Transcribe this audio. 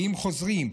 ואם חוזרים,